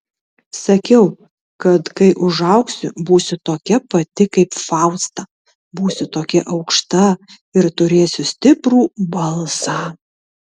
sakiau kad kai užaugsiu būsiu tokia pati kaip fausta būsiu tokia aukšta ir turėsiu stiprų balsą